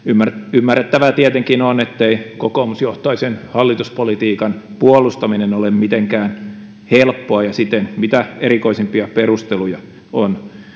ymmärrettävää tietenkin on ettei kokoomusjohtoisen hallituspolitiikan puolustaminen ole mitenkään helppoa ja siten mitä erikoisimpia perusteluja on